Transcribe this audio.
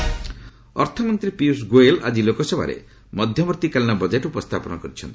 budget ଅର୍ଥମନ୍ତ୍ରୀ ପିୟୁଷ ଗୋୟଲ ଆକି ଲୋକସଭାରେ ମଧ୍ୟବର୍ତ୍ତୀକାଳୀନ ବଜେଟ୍ ଉପସ୍ଥାପନ କରିଛନ୍ତି